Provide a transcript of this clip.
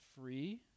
free